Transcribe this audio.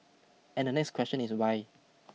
and next question is why